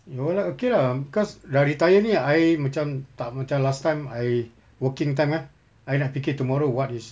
no lah okay lah cause dah retire ni I macam tak macam last time I working time eh I nak fikir tomorrow what is